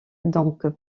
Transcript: donc